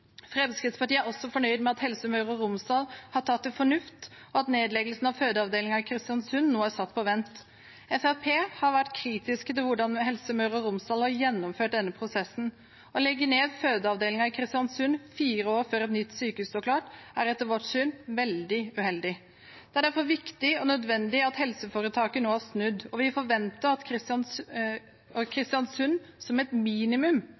Fremskrittspartiet er også fornøyd med at Helse Møre og Romsdal har tatt til fornuft, og at nedleggelsen av fødeavdelingen i Kristiansund nå er satt på vent. Fremskrittspartiet har vært kritiske til hvordan Helse Møre og Romsdal har gjennomført denne prosessen. Å legge ned fødeavdelingen i Kristiansund fire år før et nytt sykehus står klart er etter vårt syn veldig uheldig. Det er derfor viktig og nødvendig at helseforetaket nå har snudd, og vi forventer at Kristiansund som et minimum